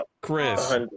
Chris